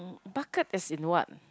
bucket as in what